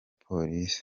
polisi